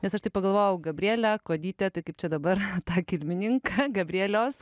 nes aš taip pagalvojau gabrielę kuodytę tai kaip čia dabar tą kilmininką gabrieliaus